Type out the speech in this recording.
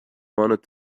wanted